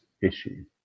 issue